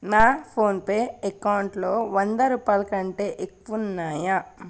నా PhonePe ఎకౌంట్లో వంద రూపాయల కంటే ఎక్కువున్నాయా